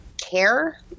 care